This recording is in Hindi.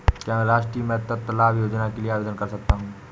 क्या मैं राष्ट्रीय मातृत्व लाभ योजना के लिए आवेदन कर सकता हूँ?